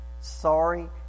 sorry